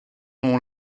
nom